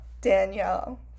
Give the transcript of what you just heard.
Danielle